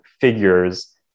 figures